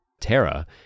terra